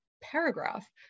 paragraph